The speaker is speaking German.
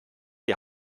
die